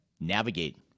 navigate